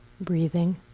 breathing